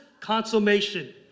consummation